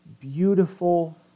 beautiful